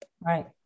Right